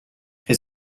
his